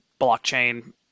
blockchain